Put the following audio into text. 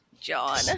John